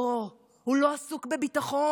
לא, הוא לא עסוק בביטחון,